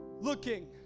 Looking